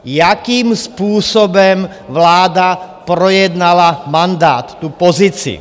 Jakým způsobem vláda projednala mandát, tu pozici?